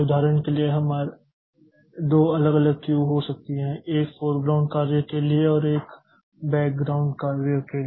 उदाहरण के लिए हमारी दो अलग अलग क्यू हो सकती हैं एक फोरग्राउंड कार्य के लिए और एक बॅकग्राउंड कार्य के लिए